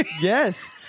Yes